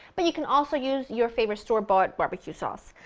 but you can also use your favorite store bought barbecue sauce.